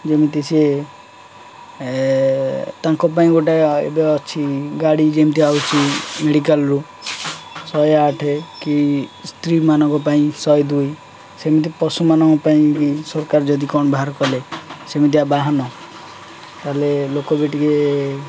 ଯେମିତି ସିଏ ତାଙ୍କ ପାଇଁ ଗୋଟେ ଏବେ ଅଛି ଗାଡ଼ି ଯେମିତି ଆସୁଛି ମେଡ଼ିକାଲ୍ରୁ ଶହେ ଆଠେ କି ସ୍ତ୍ରୀମାନଙ୍କ ପାଇଁ ଶହେ ଦୁଇ ସେମିତି ପଶୁମାନଙ୍କ ପାଇଁ ବି ସରକାର ଯଦି କ'ଣ ବାହାର କଲେ ସେମିତିଆ ବାହନ ତାହେଲେ ଲୋକ ବି ଟିକେ